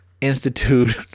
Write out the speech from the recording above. Institute